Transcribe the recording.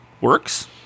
works